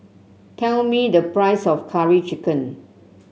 tell me the price of Curry Chicken